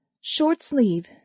short-sleeve